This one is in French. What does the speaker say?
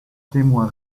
témoin